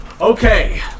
Okay